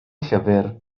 llyfr